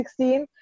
2016